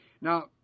Now